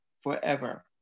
forever